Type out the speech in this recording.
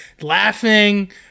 laughing